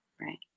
Right